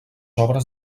obres